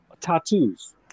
tattoos